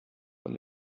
when